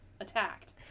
attacked